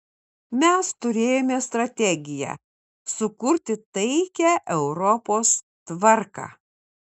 mes turėjome strategiją sukurti taikią europos tvarką